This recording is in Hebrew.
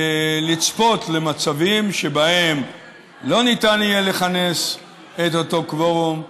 לצפות למצבים שבהם לא ניתן יהיה לכנס את אותו קוורום.